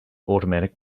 automatic